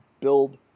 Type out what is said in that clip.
build